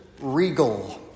regal